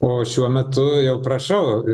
o šiuo metu jau prašau